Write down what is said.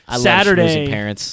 Saturday